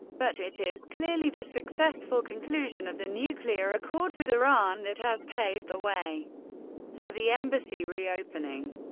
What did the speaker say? but it is clearly the successful conclusion of the nuclear accord with iran that has paved the way for the embassy reopening.